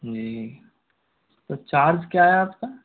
जी तो चार्ज क्या है आप का